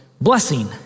blessing